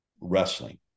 Wrestling